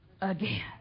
again